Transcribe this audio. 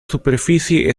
superficie